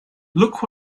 look